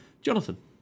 Jonathan